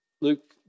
Luke